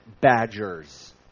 badgers